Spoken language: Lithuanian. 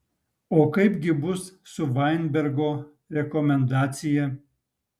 o kaip gi bus su vainbergo rekomendacija